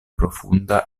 profunda